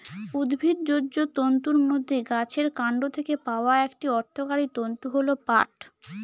উদ্ভিজ্জ তন্তুর মধ্যে গাছের কান্ড থেকে পাওয়া একটি অর্থকরী তন্তু হল পাট